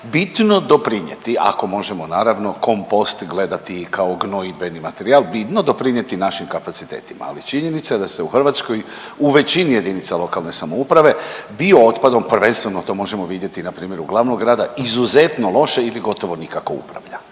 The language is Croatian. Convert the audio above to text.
bitno doprinijeti ako možemo naravno kompost gledati i kao gonjidbeni materijal vidno doprinijeti našim kapacitetima, ali činjenica je da se u Hrvatskoj u većini jedinice lokalne samouprave biootpadom, prvenstveno to možemo vidjeti na primjeru glavnog grada, izuzetno loše ili gotovo nikako upravlja.